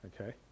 okay